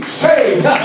saved